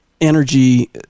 energy